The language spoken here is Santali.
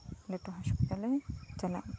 ᱡᱚᱛᱚ ᱦᱟᱸᱥᱯᱟᱛᱟᱞ ᱨᱮᱜᱮ ᱪᱟᱞᱟᱜ ᱩᱪᱤᱛ